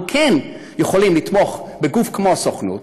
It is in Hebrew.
אבל כן יכולים לתמוך בגוף כמו הסוכנות,